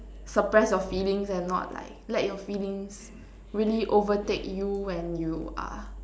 suppress your feelings and not like let your feelings really overtake you when you are